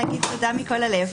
להגיד תודה מכל הלב,